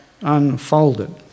unfolded